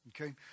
Okay